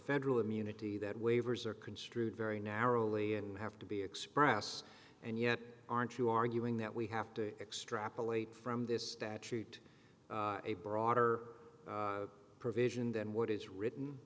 federal immunity that waivers are construed very narrowly and have to be expressed and yet aren't you arguing that we have to extrapolate from this statute a broader provision than what is written